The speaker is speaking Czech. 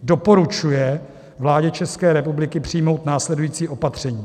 Doporučuje vládě České republiky přijmout následující opatření: